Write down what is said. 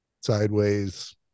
sideways